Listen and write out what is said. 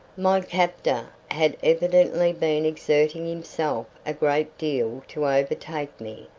my captor had evidently been exerting himself a great deal to overtake me,